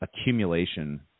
accumulation